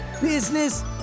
business